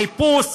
החיפוש